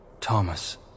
Thomas